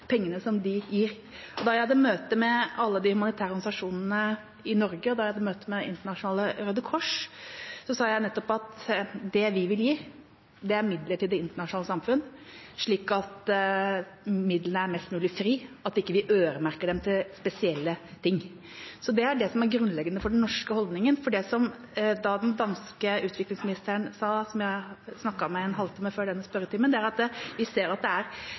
pengene de gir. Da jeg hadde møte med alle de humanitære organisasjonene i Norge, og da jeg hadde møte med det internasjonale Røde Kors, sa jeg at det vi vil gi, er midler til det internasjonale samfunnet, slik at midlene er mest mulig frie og vi ikke øremerker dem til spesielle ting. Det er det som er grunnleggende for den norske holdningen. For som den danske utviklingsministeren sa, som jeg snakket med i en halvtime før denne spørretimen, ser vi at det store problemet er å få logistikken til å fungere og få hjelpen inn i Ukraina. Vi ser at